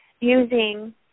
using